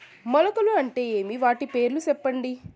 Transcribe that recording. మొలకలు అంటే ఏమి? వాటి పేర్లు సెప్పండి?